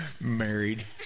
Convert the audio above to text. married